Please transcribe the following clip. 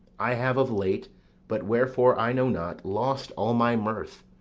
i have of late but wherefore i know not lost all my mirth,